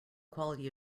quality